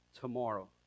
tomorrow